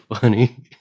funny